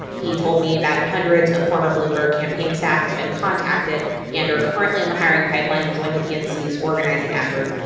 he told me that hundreds of former bloomberg campaign staff have been contacted and are currently in the hiring pipeline to join the dnc's organizing efforts.